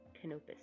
Canopus